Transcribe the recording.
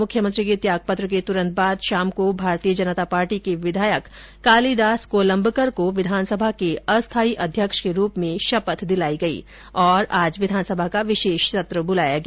मुख्यमंत्री के त्यागपत्र के तुरंत बाद शाम को भारतीय जनता पार्टी के विधायक कालिदास कोलंबकर को विधानसभा के अस्थायी अध्यक्ष के रूप में शपथ दिलाई गयी और आज विधानसभा का विशेष सत्र बुलाया गया